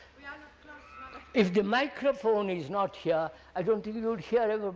yeah if the microphone is not here i don't think you would hear.